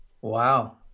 Wow